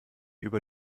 über